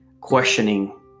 questioning